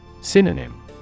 Synonym